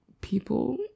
people